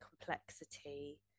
complexity